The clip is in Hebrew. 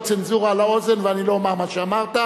צנזורה על האוזן ואני לא אומר מה שאמרת.